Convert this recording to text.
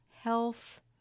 Health